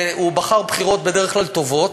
הוא בחר בחירות בדרך כלל טובות,